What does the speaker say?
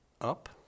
up